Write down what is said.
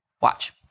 Watch